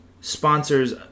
sponsors